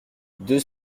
deux